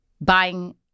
buying